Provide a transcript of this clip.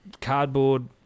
cardboard